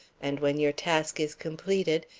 and when your task is completed,